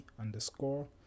underscore